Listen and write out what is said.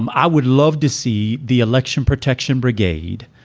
um i would love to see the election protection brigade.